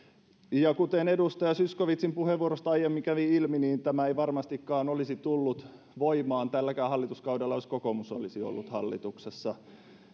kuten edustaja zyskowiczin puheenvuorosta aiemmin kävi ilmi niin tämä ei varmastikaan olisi tullut voimaan tälläkään hallituskaudella jos kokoomus olisi ollut hallituksessa hän